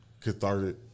cathartic